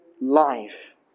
life